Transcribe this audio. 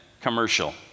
commercial